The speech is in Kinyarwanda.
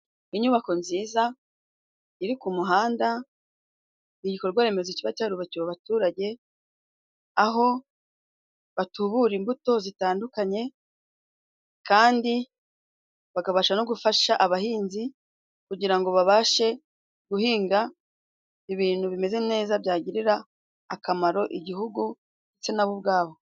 Inyubako nziza iri ku muhanda ni igikorwa remezo kiba cyarubakiwe abaturage, aho batubura imbuto zitandukanye kandi bakabasha no gufasha abahinzi, kugira ngo babashe guhinga ibintu bimeze neza byagirira akamaro igihugu ndetse nabo ubwabo.